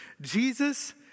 Jesus